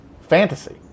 fantasy